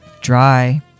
dry